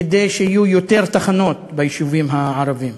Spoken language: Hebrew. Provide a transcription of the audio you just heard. כדי שיהיו יותר תחנות ביישובים הערביים.